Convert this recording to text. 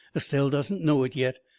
estelle doesn't know it yet.